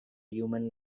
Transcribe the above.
human